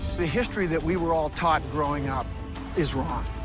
the history that we were all taught growing up is wrong.